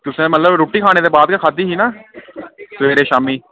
तुसें मतलब रुट्टी खाने दे बाद गै खाद्धी ही ना सवेरे शाम्मीं